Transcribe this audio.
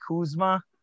Kuzma